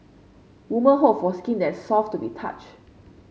woman hope for skin that is soft to the touch